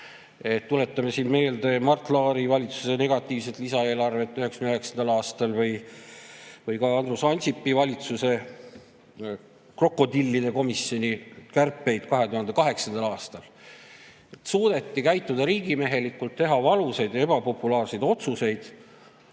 Tuletame meelde Mart Laari valitsuse negatiivset lisaeelarvet 1999. aastal või ka Andrus Ansipi valitsuse krokodillide komisjoni kärpeid 2008. aastal. Suudeti käituda riigimehelikult, teha valusaid ja ebapopulaarseid otsuseid,